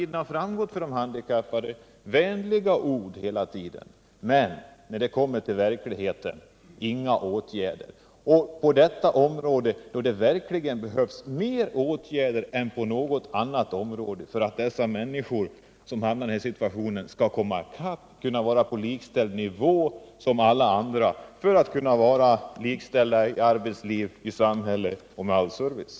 De handikappade får vänliga ord, men när det kommer till verkligheten blir det inga åtgärder, trots att det på detta område behövs mer åtgärder än på något annat område för att de handikappade skall bli likställda med alla andra i arbetsliv, samhälle och inför all service.